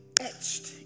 etched